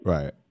Right